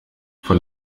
von